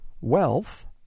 Wealth